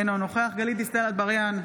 אינו נוכח גלית דיסטל אטבריאן,